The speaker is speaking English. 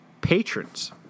patrons